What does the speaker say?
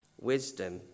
Wisdom